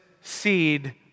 seed